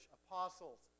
apostles